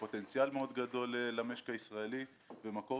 כפוטנציאל מאוד גדול למשק הישראלי ומקור